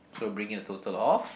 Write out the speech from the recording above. so bring in the total of